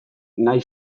nahi